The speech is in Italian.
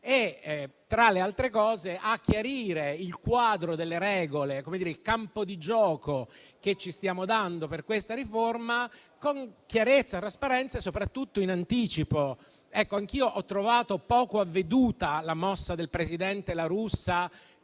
è, tra le altre cose, quello di chiarire il quadro delle regole e il campo di gioco che ci stiamo dando per questa riforma, con trasparenza e soprattutto in anticipo. Anch'io ho trovato poco avveduta la mossa del presidente La Russa